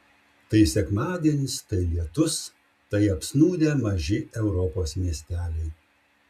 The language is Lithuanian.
tai sekmadienis tai lietus tai apsnūdę maži europos miesteliai